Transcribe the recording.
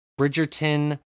bridgerton